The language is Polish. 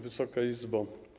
Wysoka Izbo!